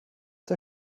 der